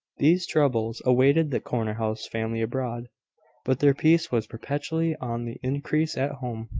these troubles awaited the corner-house family abroad but their peace was perpetually on the increase at home.